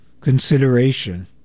consideration